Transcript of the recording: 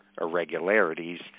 irregularities